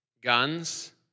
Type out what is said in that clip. guns